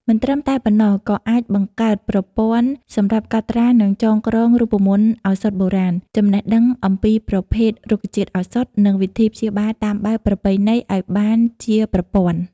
មិនត្រឹមតែប៉ុណ្ណោះ ក័អាចបង្កើតប្រព័ន្ធសម្រាប់កត់ត្រា និងចងក្រងរូបមន្តឱសថបុរាណ ចំណេះដឹងអំពីប្រភេទរុក្ខជាតិឱសថ និងវិធីព្យាបាលតាមបែបប្រពៃណីឲ្យបានជាប្រព័ន្ធ។